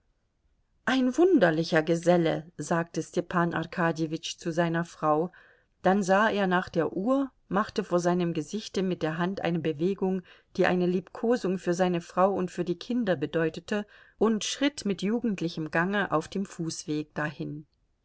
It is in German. ein wunderlicher geselle sagte stepan arkadjewitsch zu seiner frau dann sah er nach der uhr machte vor seinem gesichte mit der hand eine bewegung die eine liebkosung für seine frau und für die kinder bedeutete und schritt mit jugendlichem gange auf dem fußweg dahin